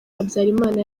habyarimana